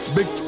Big